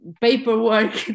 paperwork